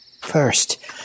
First